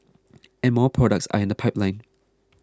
and more products are in the pipeline